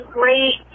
great